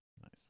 Nice